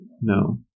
No